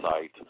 site